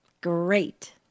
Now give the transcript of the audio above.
Great